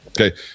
Okay